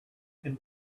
can